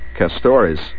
Castores